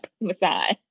massage